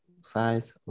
size